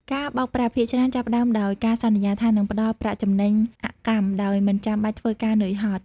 ការបោកប្រាស់ភាគច្រើនចាប់ផ្តើមដោយការសន្យាថានឹងផ្តល់ "ប្រាក់ចំណេញអកម្ម" ដោយមិនចាំបាច់ធ្វើការហត់នឿយ។